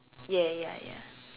ya ya ya